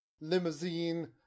limousine